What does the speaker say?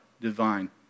divine